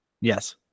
Yes